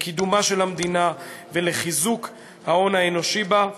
לקידומה של המדינה ולחיזוק ההון האנושי בה.